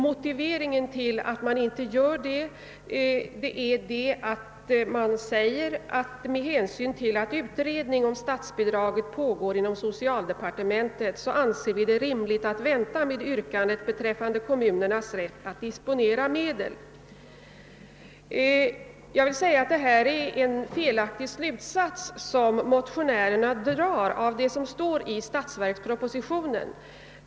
Motiveringen till att man inte gör det är att man med hänsyn till att utredning om statsbidraget pågår inom socialdepartementet anser det rimligt att vänta med yrkandet beträffande kommunernas rätt att disponera medel ur allmänna arvsfonden. Jag vill säga att motionärerna drar en felaktig slutsats av vad som står i statsverkspropositionen.